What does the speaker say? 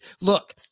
Look